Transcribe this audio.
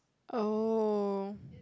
oh